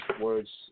words